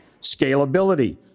scalability